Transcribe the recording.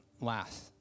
last